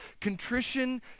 contrition